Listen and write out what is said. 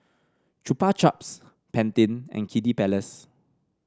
Chupa Chups Pantene and Kiddy Palace